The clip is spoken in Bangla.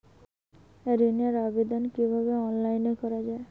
ঋনের আবেদন কিভাবে অনলাইনে করা যায়?